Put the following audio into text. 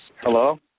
Hello